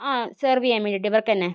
ആ സേർവ് ചെയ്യാൻ വേണ്ടീട്ട് ഇവർക്ക് തന്നെ